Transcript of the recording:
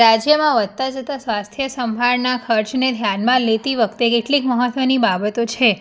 રાજ્યમાં વધતા જતા સ્વાસ્થ્યસંભાળના ખર્ચને ધ્યાનમાં લેતી વખતે કેટલીક મહત્ત્વની બાબતો છે